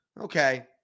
Okay